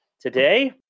today